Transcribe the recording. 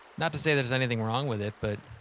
not to say there's anything wrong with it, but.